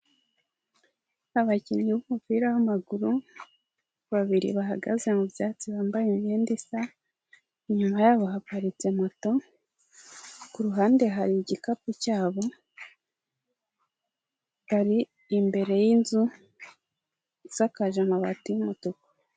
Abakinnyi b'umupira w'amaguru babiri bahagaze mu byatsi bambaye imyenda isa, inyuma yabo haparitse moto, ku ruhande hari igikapu cyabo, bari imbere y'inzu isakaje amabati y'umutuku.